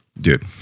Dude